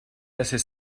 assez